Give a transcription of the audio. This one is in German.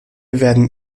werden